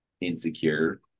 insecure